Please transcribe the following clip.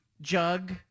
jug